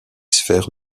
sphères